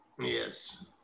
Yes